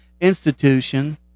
Institution